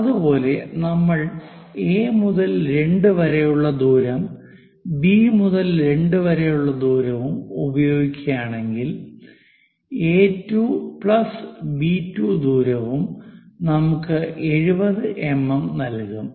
അതുപോലെ നമ്മൾ എ മുതൽ 2 വരെ ഉള്ള ദൂരവും ബി മുതൽ 2 വരെ ഉള്ള ദൂരവും ഉപയോഗിക്കുകയാണെങ്കിൽ എ2 ബി2 ദൂരവും നമുക്ക് 70 എംഎം നൽകും